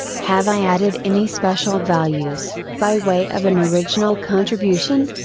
have i added any special values, by way of an original contribution?